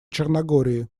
черногории